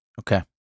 Okay